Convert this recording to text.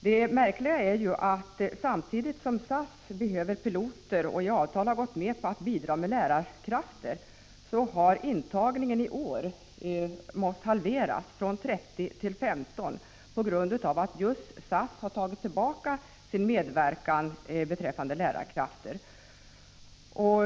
Det märkliga är att samtidigt som SAS behöver piloter och i avtal har gått med på att bidra med lärarkrafter, har intagningen i år måst halveras från 30 till 15 på grund av att just SAS har dragit tillbaka sin medverkan beträffande lärarkrafter.